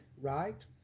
right